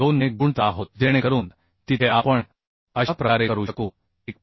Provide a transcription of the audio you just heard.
2 ने गुण त आहोत जेणेकरून तिथे आपण अशा प्रकारे करू शकू1